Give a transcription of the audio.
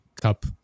cup